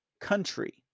country